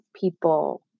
people